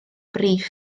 brif